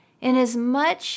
Inasmuch